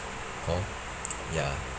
hor ya